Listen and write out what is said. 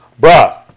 Bruh